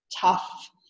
tough